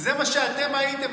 זה מה שאתם הייתם,